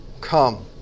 come